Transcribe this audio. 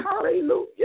Hallelujah